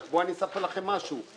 אני אספר לכם משהו.